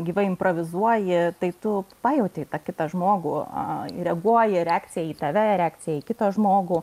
gyvai improvizuoji tai tu pajauti tą kitą žmogų reaguoji reakcija į tave reakcija į kitą žmogų